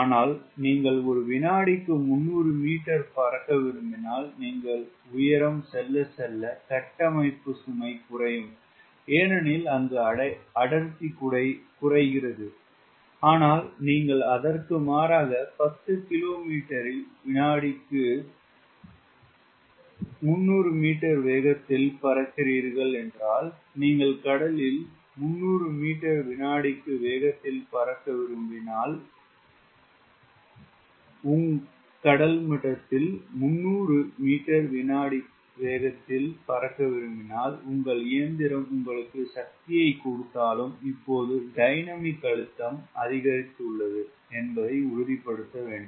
ஆனால் நீங்கள் ஒரு விநாடிக்கு 300 மீட்டர் பறக்க விரும்பினால் நீங்கள் உயரம் செல்ல செல்ல கட்டமைப்பு சுமை குறையும் ஏனெனில் அடர்த்தி குறைகிறது ஆனால் நீங்கள் அதற்க்கு மாறாக 10 கிலோமீட்டரில் வினாடிக்கு 300 மீட்டர் வேகத்தில் பறக்கிறீர்கள் என்றால் நீங்கள் கடலில் 300 மீட்டர் வினாடிக்கு வேகத்தில் பறக்க விரும்பினால் உங்கள் இயந்திரம் உங்களுக்கு சக்தியைக் கொடுத்தாலும் இப்போது டைனமிக் அழுத்தம் அதிகரித்துள்ளது என்பதை உறுதிப்படுத்த வேண்டும்